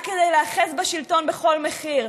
רק כדי להיאחז בשלטון בכל מחיר.